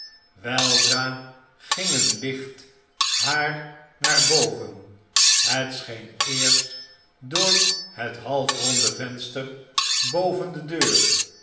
weldra ging een licht naar na naar boven het scheen eerst door het halfronde venster boven de deur